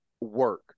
work